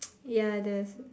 ya there's a